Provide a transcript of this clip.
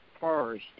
first